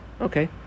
Okay